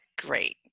great